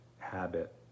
habit